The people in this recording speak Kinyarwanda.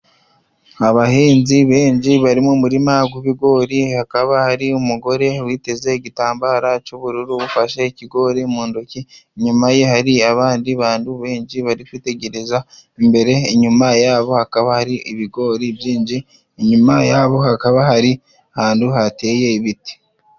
Abahinzi benshi bari mu muririma gw'ibigori. Hakaba hari umugore witeze igitambaro c'ubururu ufashe ikigori mu ndoki. Inyuma ye hari abandi bandu benshi bari kwitegereza imbere. Inyuma yabo hakaba hari ibigori byinshi, inyuma yabo hakaba hari ahandu hateye ibiti.